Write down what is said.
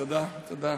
תודה.